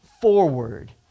forward